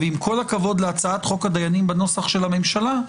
ועם כל הכבוד להצעת חוק הדיינים בנוסח של הממשלה,